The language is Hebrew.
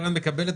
זה